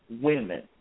women